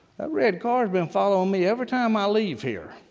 that red car's been following me every time i leave here.